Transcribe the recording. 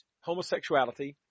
homosexuality